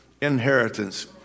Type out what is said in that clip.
inheritance